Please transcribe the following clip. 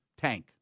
tank